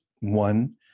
One